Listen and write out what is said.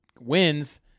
wins